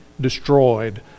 destroyed